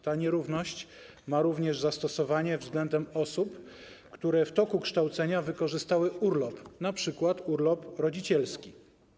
Ta nierówność ma również zastosowanie względem osób, które w toku kształcenia wykorzystały urlop, np. urlop rodzicielski.